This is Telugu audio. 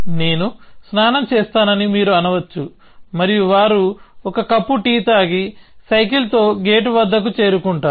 నేను స్నానం చేస్తానని మీరు అనవచ్చు మరియు వారు ఒక కప్పు టీ తాగి సైకిల్తో గేటు వద్దకు చేరుకుంటారు